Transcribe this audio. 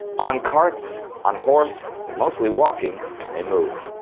on carts, on horse, but mostly walking they move.